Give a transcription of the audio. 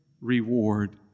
reward